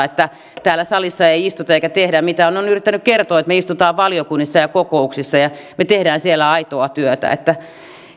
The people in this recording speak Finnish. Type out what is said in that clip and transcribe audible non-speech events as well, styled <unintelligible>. <unintelligible> että täällä salissa ei istuta eikä tehdä mitään olen yrittänyt kertoa että me istumme valiokunnissa ja kokouksissa ja me teemme siellä aitoa työtä